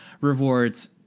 rewards